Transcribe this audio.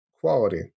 Quality